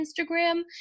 Instagram